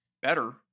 better